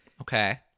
Okay